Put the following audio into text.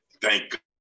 thank